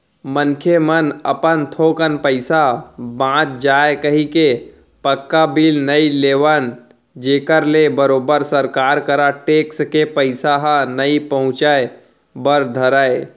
मनखे मन अपन थोकन पइसा बांच जाय कहिके पक्का बिल नइ लेवन जेखर ले बरोबर सरकार करा टेक्स के पइसा ह नइ पहुंचय बर धरय